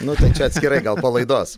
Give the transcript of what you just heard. nu tai čia atskirai gal po laidos